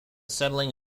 settling